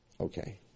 Okay